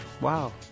Wow